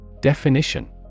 Definition